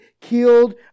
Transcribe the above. killed